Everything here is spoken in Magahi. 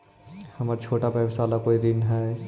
हमर छोटा व्यवसाय ला कोई ऋण हई?